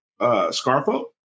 scarfo